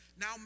now